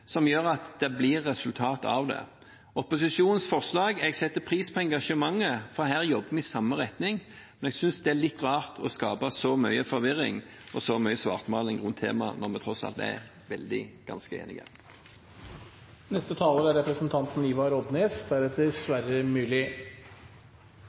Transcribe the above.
som gjør at det blir resultat av det. Til opposisjonens forslag: Jeg setter pris på engasjementet, for her jobber vi i samme retning, men jeg synes det er litt rart å skape så mye svartmaling og så mye forvirring rundt temaet når vi tross alt er ganske enige. Det er